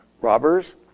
robbers